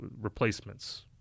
replacements